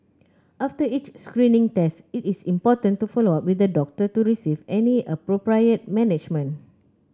after each screening test it is important to follow up with the doctor to receive any appropriate management